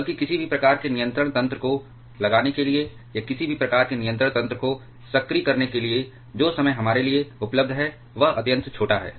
बल्कि किसी भी प्रकार के नियंत्रण तंत्र को लगाने के लिए या किसी भी प्रकार के नियंत्रण तंत्र को सक्रिय करने के लिए जो समय हमारे लिए उपलब्ध है वह अत्यंत छोटा है